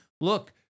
look